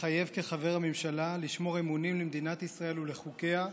מתחייב כחבר הממשלה לשמור אמונים למדינת ישראל ולחוקיה,